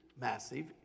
massive